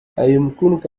أيمكنك